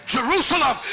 Jerusalem